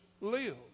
lives